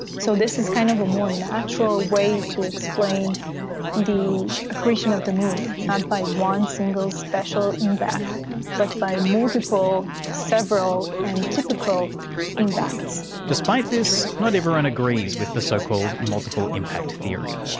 so this is kind of a more natural way to explain the accretion of the moon, not by one single special impact of but by multiple, several and typical impacts. despite this, not everyone agrees with the so-called multiple impact theory.